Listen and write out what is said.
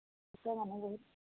আছে মানুহ বহুত